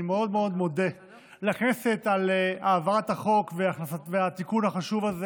אני מאוד מאוד מודה לכנסת על העברת החוק והתיקון החשוב הזה.